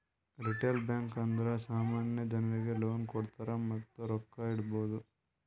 retail bank ಅಂದುರ್ ಸಾಮಾನ್ಯ ಜನರಿಗ್ ಲೋನ್ ಕೊಡ್ತಾರ್ ಮತ್ತ ರೊಕ್ಕಾ ಇಡ್ಬೋದ್